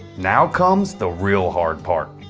now comes the real hard part,